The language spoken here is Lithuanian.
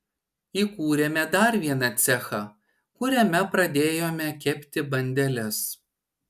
įkūrėme dar vieną cechą kuriame pradėjome kepti bandeles